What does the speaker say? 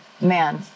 Man